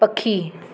पखी